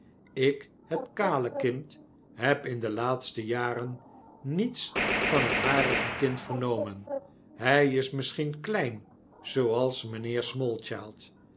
ik het kale kind heb in de laatste jaren niets van het harige kind vernomen hjj is misschien klein zooals mynheer smallchild